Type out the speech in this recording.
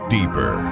Deeper